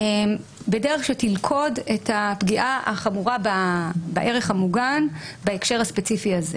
בדרך שתלכוד את הפגיעה החמורה בערך המוגן בהקשר הספציפי הזה,